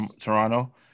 Toronto